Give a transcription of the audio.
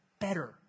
better